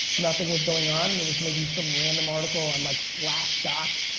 nothing was going on. there was maybe some random article on like slashdot,